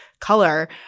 color